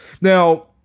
Now